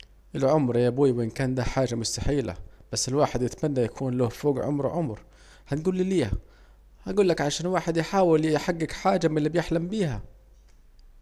العمر يا بوي وان كان ده حاجة مستحيلة، الواحد يتمنى يكون له فوج عمره عمر، هتجولي ليه؟، هجولك عشان الواحد يحاول يحجج حاجة من الي بيحلم بيها